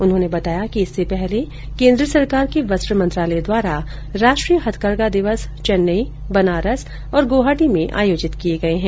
उन्होंने बताया कि इससे पहले केन्द्र सरकार के वस्त्र मंत्रालय द्वारा राष्ट्रीय हाथकरघा दिवस चेन्नई बनारस और गोहाटी में आयोजित किए गए है